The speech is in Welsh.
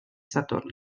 sadwrn